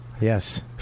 Yes